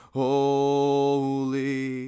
holy